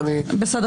טלי.